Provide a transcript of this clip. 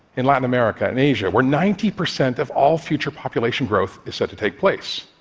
in latin america, in asia, where ninety percent of all future population growth is set to take place.